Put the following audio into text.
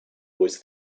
was